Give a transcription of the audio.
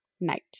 night